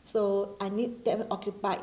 so I need them occupied